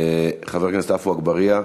חבר הכנסת עפו אגבאריה.